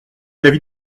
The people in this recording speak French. l’avis